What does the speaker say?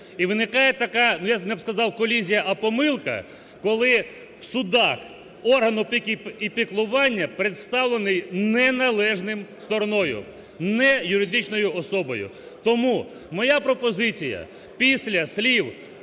і виникає така, я б не сказав, колізія, а помилка, коли в судах орган опіки і піклування представлений не належною стороною, не юридичною особою. Тому моя пропозиція, після слів